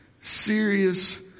serious